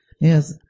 Yes